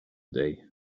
day